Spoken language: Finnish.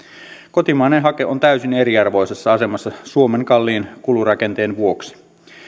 kotimainen hake on täysin eriarvoisessa asemassa suomen kalliin kulurakenteen vuoksi